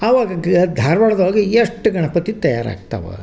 ಆವಾಗ ಗ ಧಾರ್ವಾಡ್ದೊಳ್ಗೆ ಎಷ್ಟು ಗಣಪತಿ ತಯಾರಾಗ್ತವೆ